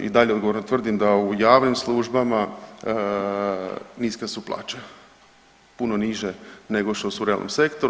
I dalje odgovorno tvrdim da u javnim službama niske su plaće, puno niže nego što su u realnom sektoru.